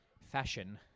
fashion